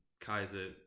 Kaiser